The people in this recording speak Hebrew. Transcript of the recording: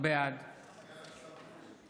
בעד